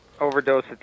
overdose